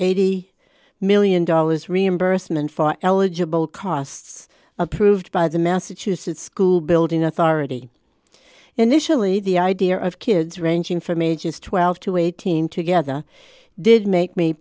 eighty million dollars reimbursement for eligible costs approved by the massachusetts school building authority initially the idea of kids ranging from ages twelve dollars to eighteen dollars together did make me